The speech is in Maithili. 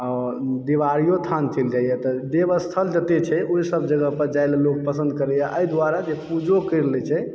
आओर देवालियो स्थान चलि जाइया तऽ देवस्थान जते छै ओहिसभ जगह पर जाइलए लोक पसन्द करैया एहि दुआरे जे पूजो करि लै छै